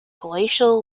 glacial